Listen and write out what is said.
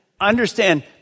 understand